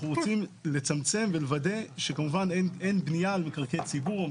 אנחנו רוצים לצמצם ולוודא שכמובן אין בנייה על מקרקעי ציבור.